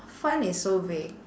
fun is so vague